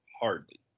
Hardly